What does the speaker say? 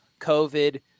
COVID